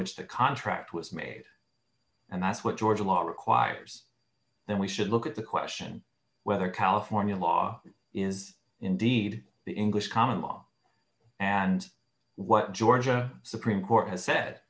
which the contract was made and that's what georgia law requires then we should look at the question whether california law is indeed the english common law and what georgia supreme court has said